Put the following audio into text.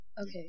Okay